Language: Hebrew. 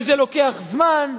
וזה לוקח זמן,